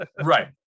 right